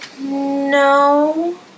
No